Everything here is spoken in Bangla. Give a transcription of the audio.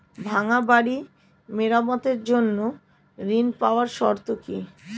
ভাঙ্গা বাড়ি মেরামতের জন্য ঋণ পাওয়ার শর্ত কি?